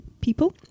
people